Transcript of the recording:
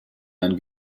ein